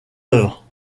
œuvre